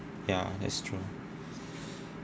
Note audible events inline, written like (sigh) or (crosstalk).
ya that's true (breath)